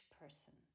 person